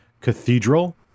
cathedral